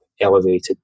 elevated